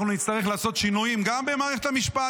אנחנו נצטרך לעשות שינויים גם במערכת המשפט,